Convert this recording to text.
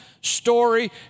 story